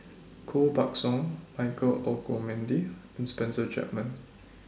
Koh Buck Song Michael Olcomendy and Spencer Chapman